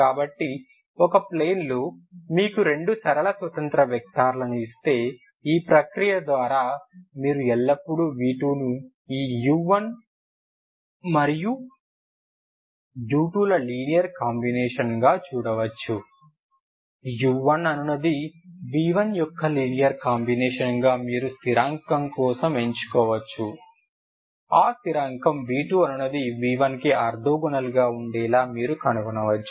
కాబట్టి ఒక ప్లేన్ లో మీకు రెండు సరళ స్వతంత్ర వెక్టర్లను ఇస్తే ఈ ప్రక్రియ ద్వారా మీరు ఎల్లప్పుడూ v2 ను ఈ u1మరియు u2ల లీనియర్ కాంబినేషన్గా చూడవచ్చు u1 అనునది v1యొక్క లీనియర్ కాంబినేషన్గా మీరు స్థిరాంకం కోసం ఎంచుకోవచ్చు ఆ స్థిరాంకం v2అనునది v1కి ఆర్తోగోనల్ గా ఉండేలా మీరు కనుగొనవచ్చు